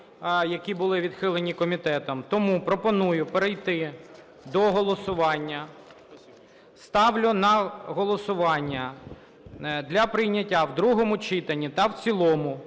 які були відхилені комітетом. Тому пропоную перейти до голосування. Ставлю на голосування для прийняття в другому читанні та в цілому